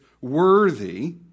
worthy